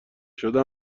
شده